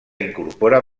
incorpora